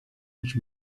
which